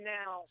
now